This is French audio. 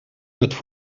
notre